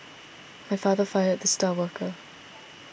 my father fired the star worker